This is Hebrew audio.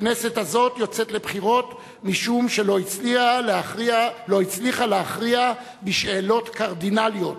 הכנסת הזאת יוצאת לבחירות משום שלא הצליחה להכריע בשאלות קרדינליות